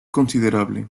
considerable